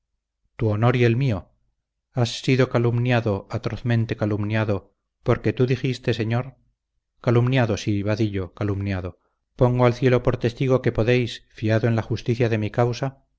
tu honor y el mío has sido calumniado atrozmente calumniado porque tú dijiste señor calumniado sí vadillo calumniado pongo al cielo por testigo que podéis fiado en la justicia de mi causa